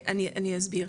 אני אסביר.